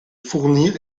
fournir